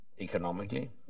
economically